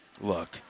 Look